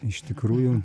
iš tikrųjų